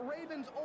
Raven's